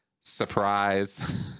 Surprise